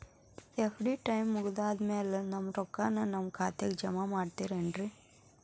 FD time ಮುಗಿದಾದ್ ಮ್ಯಾಲೆ ನಮ್ ರೊಕ್ಕಾನ ನಮ್ ಖಾತೆಗೆ ಜಮಾ ಮಾಡ್ತೇರೆನ್ರಿ?